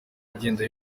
agenda